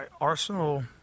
Arsenal